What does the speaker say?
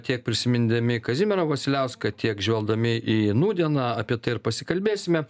tiek prisimindami kazimierą vasiliauską tiek žvelgdami į nūdieną apie tai ir pasikalbėsime